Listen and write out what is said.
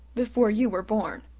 before you were born.